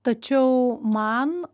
tačiau man